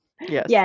yes